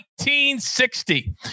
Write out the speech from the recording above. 1960